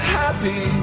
happy